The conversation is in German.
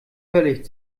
völlig